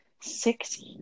six